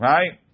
Right